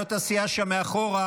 מנהלות הסיעה שם מאחור,